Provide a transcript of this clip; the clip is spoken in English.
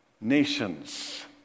nations